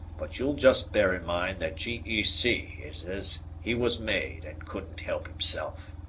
but you'll just bear in mind that g. e. c. is as he was made and couldn't help himself.